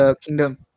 Kingdom